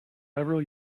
several